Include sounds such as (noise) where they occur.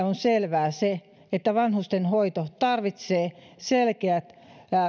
(unintelligible) on selvää se että vanhustenhoito tarvitsee